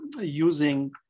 using